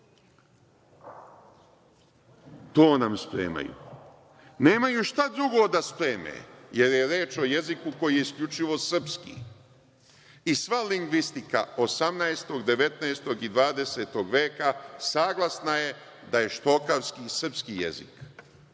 To nam spremaju. Nemaju šta drugo da spreme, jer je reč o jeziku koji je isključivo srpski i sva lingvistika 18, 19. i 20. veka saglasna je da je štokavski i srpski jezik,